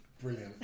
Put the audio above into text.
Brilliant